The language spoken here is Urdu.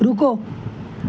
رکو